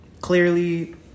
Clearly